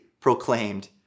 proclaimed